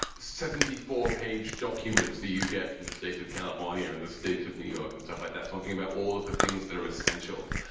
seventy four page documents that you get from the state of california in the state of new york and stuff like that, talking about all of the things that are essential.